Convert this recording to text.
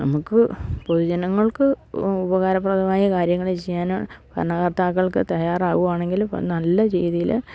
നമുക്ക് പൊതുജനങ്ങൾക്ക് ഉപകാരപ്രദമായ കാര്യങ്ങള് ചെയ്യാനും ഭരണകർത്താക്കൾക്ക് തയ്യാറാവുവാണെങ്കില് നല്ല രീതിയില്